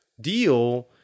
deal